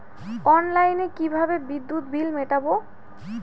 অনলাইনে কিভাবে বিদ্যুৎ বিল মেটাবো?